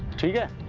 trigger.